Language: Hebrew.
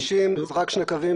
150. זה רק שני קווים,